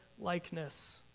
likeness